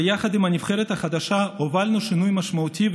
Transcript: ויחד עם הנבחרת החדשה הובלנו שינוי משמעותי,